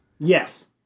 Yes